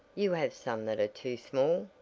you have some that are too small.